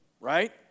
right